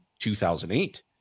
2008